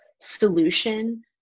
solution